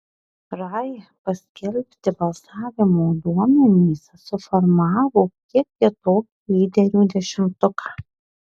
rai paskelbti balsavimo duomenys suformavo kiek kitokį lyderių dešimtuką